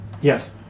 Yes